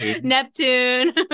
Neptune